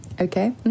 okay